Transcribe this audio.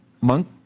monk